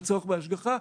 בצורך בהשגחה,